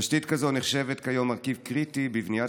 תשתית כזאת נחשבת כיום מרכיב קריטי בבניית